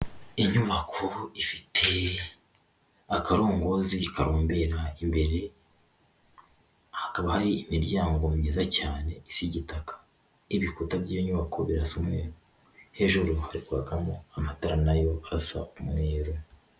Inyubako ifite akarongozi karombera imbere hakaba hari imiryango myiza cyane isa igitaka, ibikuta by'iyo nyubako birasa umweru, hejuru harikwakamo amatara nayo asa umweru.